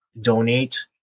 donate